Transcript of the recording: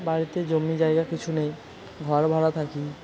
বাড়িতে জমি জায়গা কিছু নেই ঘর ভাড়া থাকি